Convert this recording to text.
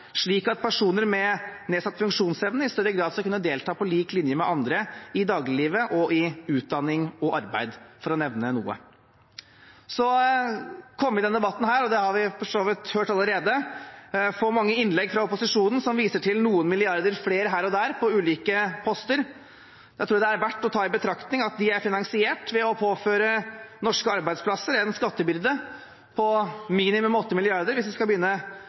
slik at personer med nedsatt funksjonsevne i større grad skal kunne delta på lik linje med andre i dagliglivet og i utdanning og arbeid, for å nevne noe. Så kommer vi i denne debatten – og det har vi for så vidt hørt allerede – til å få mange innlegg fra opposisjonen som viser til noen flere milliarder her og der på ulike poster. Da tror jeg det er verdt å ta i betraktning at de er finansiert ved å påføre norske arbeidsplasser en skattebyrde på minimum 8 mrd. kr hvis en skal begynne